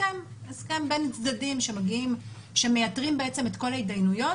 הסכם בין צדדים שמגיעים ומייתרים את כל ההתדיינויות,